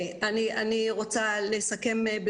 אני אסכם.